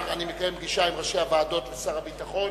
אני מקיים פגישה עם ראשי הוועדות ושר הביטחון